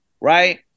right